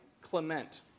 Clement